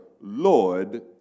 Lord